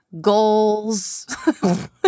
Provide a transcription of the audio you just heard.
goals